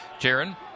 Jaron